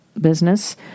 business